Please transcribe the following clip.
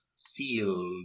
Sealed